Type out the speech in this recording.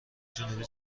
جنوبی